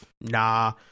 nah